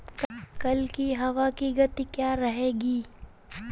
कल की हवा की गति क्या रहेगी?